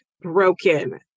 broken